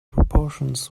proportions